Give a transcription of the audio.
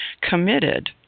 committed